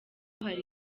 hari